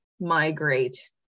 migrate